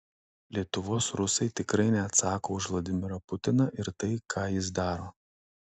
lietuvos rusai tikrai neatsako už vladimirą putiną ir tai ką jis daro